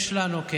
רוצחים עוד אחד.